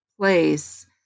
place